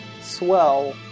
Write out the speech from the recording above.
swell